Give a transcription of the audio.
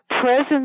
presence